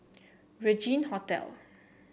Regin Hotel